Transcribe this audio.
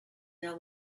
their